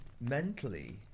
mentally